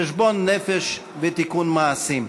חשבון נפש ותיקון מעשים.